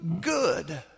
good